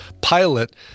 pilot